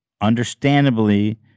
understandably